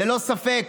ללא ספק,